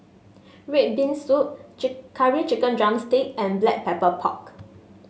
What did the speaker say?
red bean soup Curry Chicken drumstick and Black Pepper Pork